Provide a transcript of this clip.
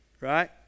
Right